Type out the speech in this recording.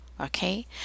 Okay